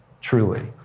truly